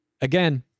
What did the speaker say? Again